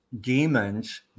demons